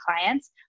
clients